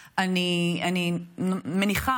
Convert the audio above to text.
בלוויות,